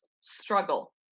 struggle